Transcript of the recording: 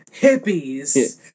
hippies